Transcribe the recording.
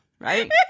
right